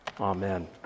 Amen